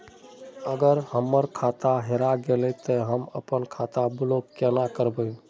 अगर हमर खाता हेरा गेले ते हम अपन खाता ब्लॉक केना करबे?